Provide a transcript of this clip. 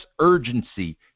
urgency